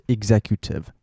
Executive